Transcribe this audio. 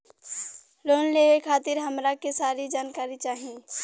Loan लेवे खातीर हमरा के सारी जानकारी चाही?